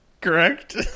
Correct